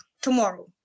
tomorrow